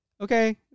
okay